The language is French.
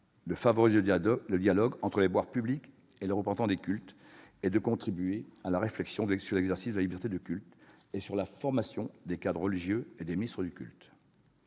de favoriser le dialogue entre les pouvoirs publics et les représentants des cultes, ainsi que de contribuer à la réflexion sur l'exercice de la liberté de culte et sur la formation des cadres religieux et des ministres des cultes.